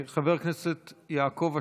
חבר הכנסת יעקב אשר,